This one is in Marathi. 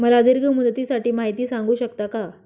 मला दीर्घ मुदतीसाठी माहिती सांगू शकता का?